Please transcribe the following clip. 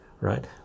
right